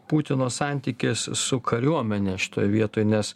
putino santykis su kariuomene šitoj vietoj nes